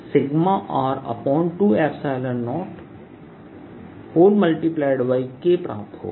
तो यह Dperpinside 14π0qdr2d232 r20K प्राप्त होगा